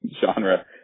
genre